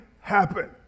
happen